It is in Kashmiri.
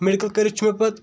میڈکل کٔرتھ چھُ مےٚ پتہٕ